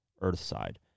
Earthside